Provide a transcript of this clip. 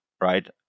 right